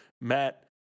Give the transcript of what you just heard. Matt